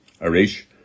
Arish